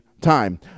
time